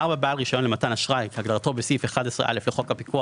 בעל רישיון למתן אשראי כהגדרתו בסעיף 11א לחוק הפיקוח